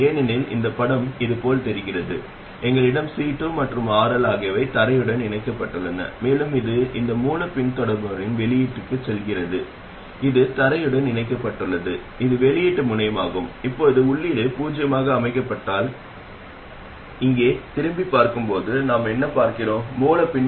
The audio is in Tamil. MOS டிரான்சிஸ்டரின் gm ஐ விட இது நிச்சயமாக சிறியதாக இருக்கும் உண்மையில் நீங்கள் gmR1 ஐ மிகவும் பெரியதாக தேர்வு செய்கிறீர்கள் எனவே இங்கே இந்த எண் gm ஐ விட சற்று சிறியதாக இருக்கும் இது MOS இன் டிரான்ஸ் கடத்துத்திறன் மட்டுமே